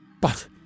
But